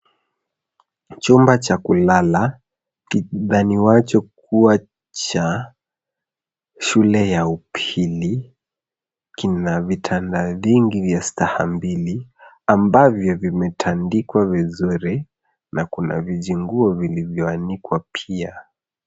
Chumba cha kulala kidhaniwacho kuwa cha shule ya upili kina vitanda vingi vya staha mbili ambavyo vimetandikwa vizuri na kuna vijinguo vilivyo anikwa pia.